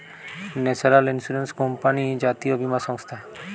national insurance company জাতীয় বীমা সংস্থা